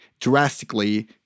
drastically